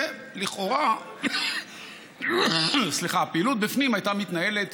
ולכאורה הפעילות בפנים הייתה מתנהלת